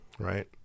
Right